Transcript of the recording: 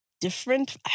different